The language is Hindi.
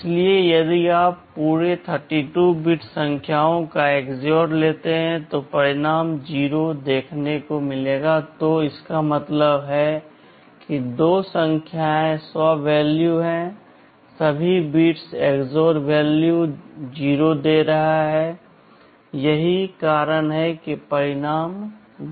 इसलिए यदि आप पूरे 32 बिट संख्याओं का XOR लेते हैं और परिणाम 0 देखते हैं तो इसका मतलब है कि दो संख्याएँ समान हैं सभी बिट्स XOR मान 0 दे रहे हैं यही कारण है कि परिणाम 0 है